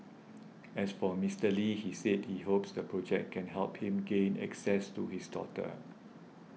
as for Mister Lee he said he hopes the project can help him gain access to his daughter